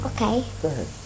Okay